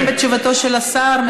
מסתפקים בתשובתו של השר.